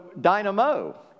dynamo